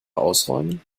ausräumen